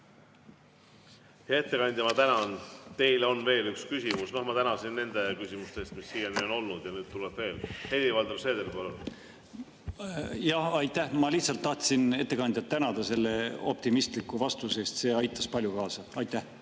ettekandja, ma tänan! Teile on veel üks küsimus, ma tänasin nende küsimuste eest, mis siiani on olnud, aga neid tuleb veel. Helir-Valdor Seeder, palun! Aitäh! Ma lihtsalt tahtsin ettekandjat tänada selle optimistliku vastuse eest. See aitas palju kaasa. Aitäh!